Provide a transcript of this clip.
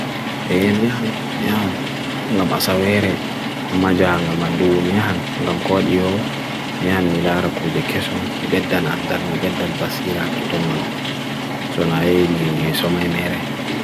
E, yaan, yaan. Ngam asabere. Amma jaan ngal mandu, yaan. Ngam kodyo. Yaan mila rakuje kesum. Ibeddan andan, ibeddan basirat uton man. Sona e, mi suma imere.